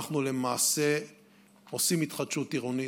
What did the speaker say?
אנחנו למעשה עושים התחדשות עירונית.